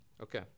Okay